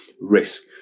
risk